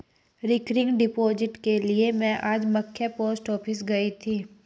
recurring deposit के लिए में आज मख्य पोस्ट ऑफिस गयी थी